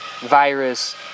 virus